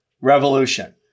revolution